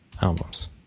albums